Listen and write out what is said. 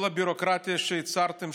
כל הביורוקרטיה שהצהרתם,